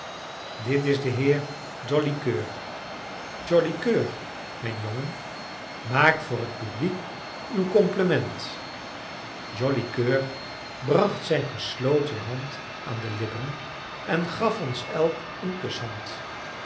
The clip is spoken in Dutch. dit is de heer joli coeur joli coeur mijn jongen maak voor het publiek uw complement joli coeur bracht zijn gesloten hand aan de lippen en gaf ons elk een